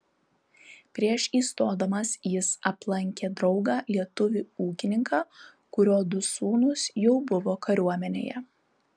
prieš įstodamas jis aplankė draugą lietuvį ūkininką kurio du sūnūs jau buvo kariuomenėje